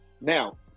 Now